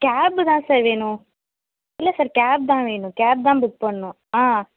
gap தான் sir வேணும் இல்லை சார் கேப் தான் வேணும் கேப் தான் புக் பண்ணணும் ஆ